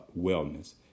wellness